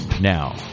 Now